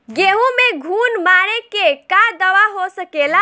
गेहूँ में घुन मारे के का दवा हो सकेला?